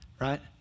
Right